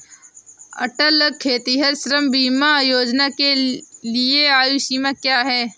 अटल खेतिहर श्रम बीमा योजना के लिए आयु सीमा क्या है?